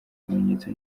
ibimenyetso